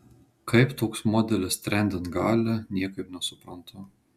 kaip toks modelis trendint gali niekaip nesuprantu